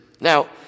Now